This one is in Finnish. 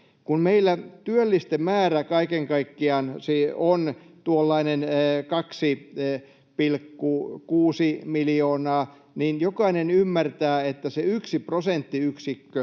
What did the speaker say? Kun meillä työllisten määrä kaiken kaikkiaan on tuollainen 2,6 miljoonaa, niin jokainen ymmärtää, että yksi prosenttiyksikkö